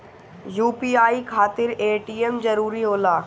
UPI खातिर ATM जरूरी होला?